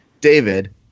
David